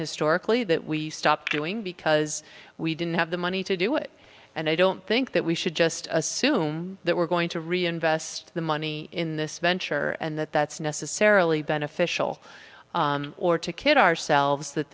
historically that we stopped doing because we didn't have the money to do it and i don't think that we should just assume that we're going to reinvest the money in this venture and that that's necessarily beneficial or to kid ourselves that